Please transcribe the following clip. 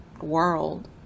world